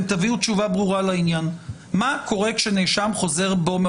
תביאו תשובה ברורה לשאלה מה קורה כאשר נאשם חוזר בו.